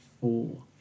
four